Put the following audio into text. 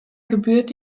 gebührt